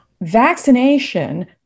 Vaccination